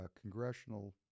congressional